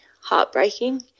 heartbreaking